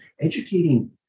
educating